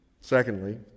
Secondly